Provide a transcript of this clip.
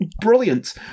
brilliant